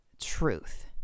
truth